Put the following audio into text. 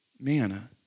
Manna